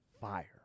Fire